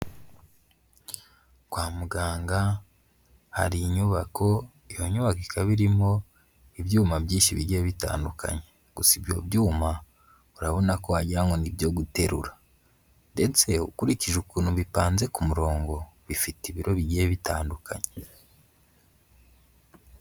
Kwa muganga hari inyubako, iyo nyubako ikaba irimo ibyuma byinshi bijyiye bitandukanye, gusa ibyo byuma urabona ko wagira ngo ni ibyo guterura. Ndetse ukurikije ukuntu bipanze ku murongo, bifite ibiro bigiye bitandukanye.